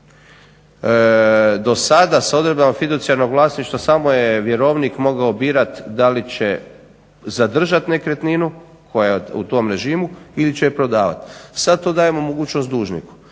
Do sada s odredbama fiducijarnog vlasništva samo je vjerovnik mogao birati da li će zadržati nekretninu koja je u tom režimu ili će je prodavati. Sad to dajemo mogućnost dužniku.